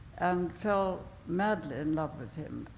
and fell madly in love with him,